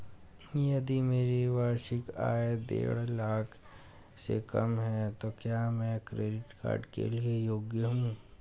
यदि मेरी वार्षिक आय देढ़ लाख से कम है तो क्या मैं क्रेडिट कार्ड के लिए योग्य हूँ?